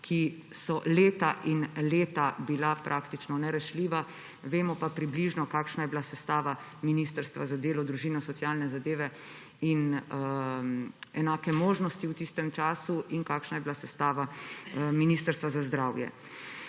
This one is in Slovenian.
bila leta in leta praktično nerešljiva. Vemo pa približno, kakšna je bila sestava Ministrstva za delo, družino, socialne zadeve in enake možnosti v tistem času in kakšna je bila sestava Ministrstva za zdravje.